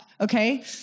Okay